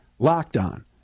LOCKEDON